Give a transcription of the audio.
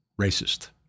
racist